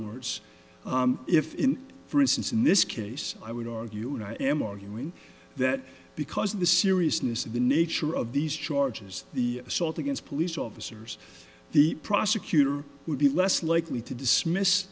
words if in for instance in this case i would argue and i am arguing that because of the seriousness of the nature of these charges the assault against police officers the prosecutor would be less likely to dismiss